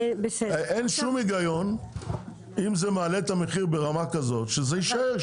אין שום היגיון אם זה מעלה את המחיר ברמה כזאת שזה יישאר,